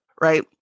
right